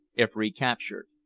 if recaptured.